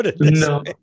No